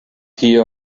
here